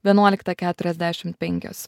vienuoliktą keturiasdešimt penkios